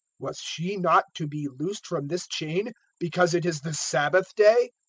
was she not to be loosed from this chain because it is the sabbath day?